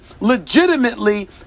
legitimately